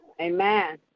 Amen